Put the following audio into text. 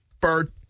Bird